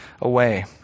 away